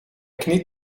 knie